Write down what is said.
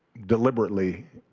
deliberately